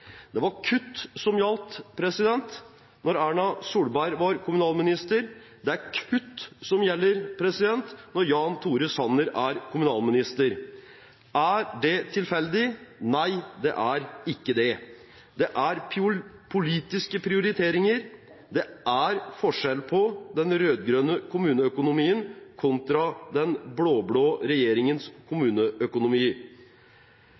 Det var kutt som gjaldt da Erna Solberg var kommunalminister, det er kutt som gjelder når Jan Tore Sanner er kommunalminister. Er det tilfeldig? Nei, det er ikke det. Det er politiske prioriteringer. Det er forskjell på den rød-grønne kommuneøkonomien kontra den blå-blå regjeringens